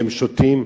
והם שותים,